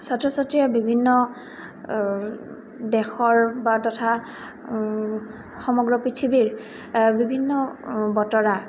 ছাত্ৰ ছাত্ৰীয়ে বিভিন্ন দেশৰ বা তথা সমগ্ৰ পৃথিৱীৰ বিভিন্ন বতৰা